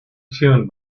tune